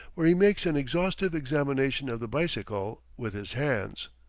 where he makes an exhaustive examination of the bicycle with his hands.